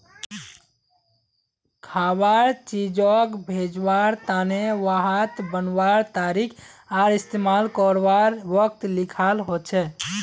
खवार चीजोग भेज्वार तने वहात बनवार तारीख आर इस्तेमाल कारवार वक़्त लिखाल होचे